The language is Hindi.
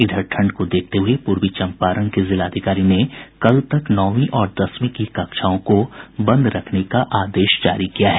इधर ठंड को देखते हुए पूर्वी चंपारण के जिलाधिकारी ने कल तक नौवीं तथा दसवीं की कक्षाओं को बंद रखने का आदेश जारी किया है